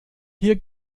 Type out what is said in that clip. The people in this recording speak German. hier